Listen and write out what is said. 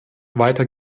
weiter